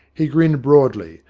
he grinned broadly,